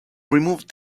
removed